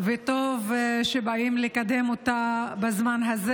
וטוב שבאים לקדם אותה בזמן הזה.